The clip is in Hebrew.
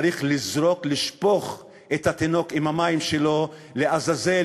צריך לזרוק, לשפוך את התינוק עם המים שלו, לעזאזל